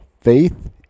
faith